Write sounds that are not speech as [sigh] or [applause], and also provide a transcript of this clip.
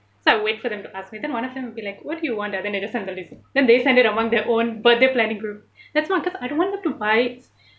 so I wait for them to ask me then one of them would be like what do you want ah then I just send the list then they just send it among their own birthday planning group [breath] that's one because I don't want them to buy